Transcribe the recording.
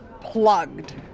plugged